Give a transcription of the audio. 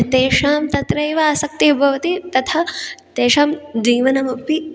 तेषां तत्रैव आसक्तिः भवति तथा तेषां जीवनमपि